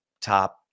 top